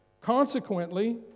Consequently